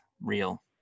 real